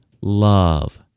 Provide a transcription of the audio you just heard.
love